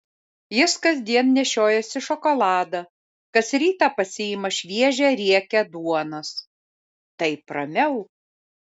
jis kasdien nešiojasi šokoladą kas rytą pasiima šviežią riekę duonos taip ramiau